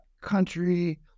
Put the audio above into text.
country